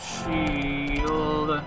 Shield